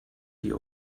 die